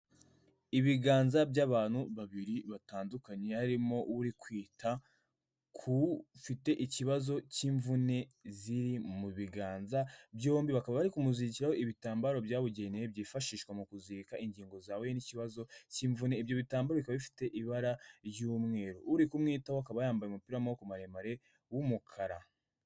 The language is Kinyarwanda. Ibiganza by'abantu babiri batandukanye harimo uri kwita ku ufite ikibazo cy'imvune ziri mu biganza byombi, bakaba ari kumuzigiraho ibitambaro byabugene byifashishwa mu kuzirika ingingo zahuye n'ikibazo cymvune, ibyo bitambaro bikaba bifite ibara ry'umweru. Uri kumwitaho akaba yambaye umupira w'amaboko maremare w'umukara.